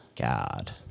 god